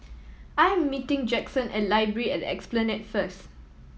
I am meeting Jackson at Library at Esplanade first